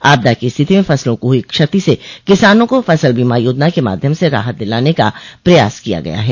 आपदा की स्थिति में फसलों को हुई क्षति से किसानों को फसल बीमा योजना के माध्यम से राहत दिलाने का प्रयास किया गया है